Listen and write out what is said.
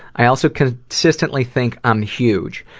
i also consistently think i'm huge.